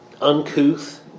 uncouth